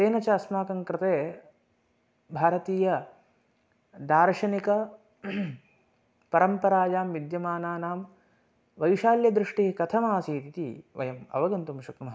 तेन च अस्माकं कृते भारतीयदार्शनिक परम्परायां विद्यमानानां वैशाल्यदृष्टिः कथमासीत् इति वयम् अवगन्तुं शक्नुमः